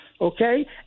okay